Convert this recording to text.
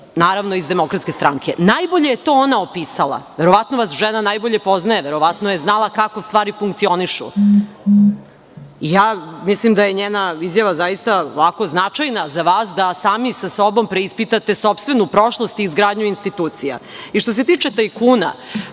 naravno, iz DS-a. Najbolje je to ona opisala, verovatno vas žena najbolje poznaje, verovatno je znala kako stvari funkcionišu. Mislim da je njena izjava značajna za vas, da sami sa sobom preispitate sopstvenu prošlost i izgradnju institucija. Što se tiče tajkuna,